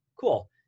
cool